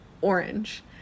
orange